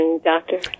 doctor